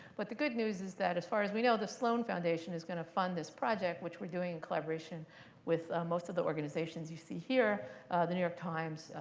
but the good news is that, as far as we know, the sloan foundation is going to fund this project, which we're doing in collaboration with most of the organizations you see here the new york times,